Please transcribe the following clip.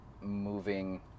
moving